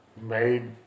Made